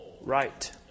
Right